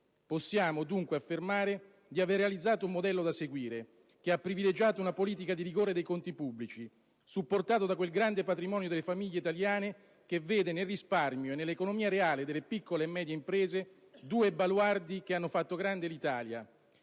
Possiamo, dunque, affermare di aver realizzato un modello da seguire, che ha privilegiato una politica di rigore dei conti pubblici, supportato da quel grande patrimonio delle famiglie italiane che vede nel risparmio e nell'economia reale delle piccole e medie imprese due baluardi che hanno fatto grande l'Italia.